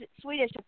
Swedish